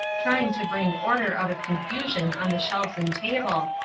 trying to bring order out of confusion on the shelves and table,